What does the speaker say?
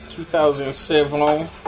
2007